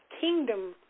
kingdom